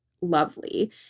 lovely